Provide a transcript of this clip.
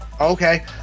Okay